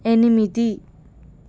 ఎనిమిది